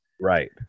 Right